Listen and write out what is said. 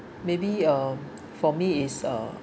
maybe uh for me is uh